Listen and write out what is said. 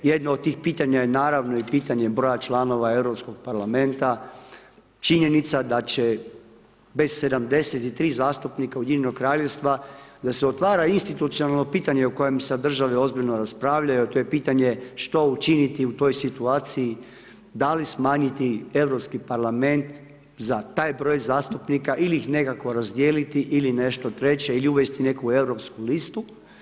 Jedno od tih pitanja je naravno i pitanje broja članova Europskog parlamenta, činjenica da će bez 73 zastupnika Ujedinjenog Kraljevstva da se otvara institucionalno pitanje u kojem se države ozbiljno raspravljaju a to je pitanje što učiniti u toj situaciji, da li smanjiti Europski parlament za taj broj zastupnika ili ih nekako razdijeliti ili nešto treće ili uvesti neku europsku listu.